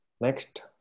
Next